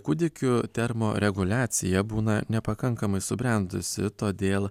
kūdikių termoreguliacija būna nepakankamai subrendusi todėl